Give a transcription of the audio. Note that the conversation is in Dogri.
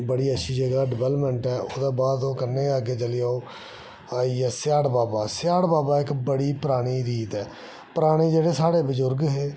बड़ी अच्छी जगह ऐ डिबैल्पमेंट ऐ ओह्दे कन्नै अग्गे चली जाओ ते आई गेआ सिहाड़ बाबा सिहाड़ बाबा इक्क बड़ी परानी रीत ऐ पराने जेह्ड़े साढ़े बजुर्ग हे